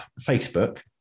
Facebook